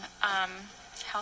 health